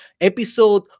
episode